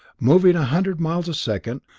moving a hundred miles a second,